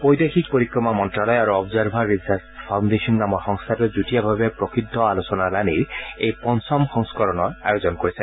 বৈদেশিক পৰিক্ৰমা মন্ত্যালয় আৰু অবজাৰভাৰ ৰিৰ্ছাছ ফাউণ্ডেচন নামৰ সংস্থাটোৱে যুটীয়াভাৱে প্ৰসিদ্ধ আলোচনালানিৰ এই পঞ্চম সংস্কৰণৰ আয়োজন কৰিছে